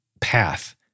path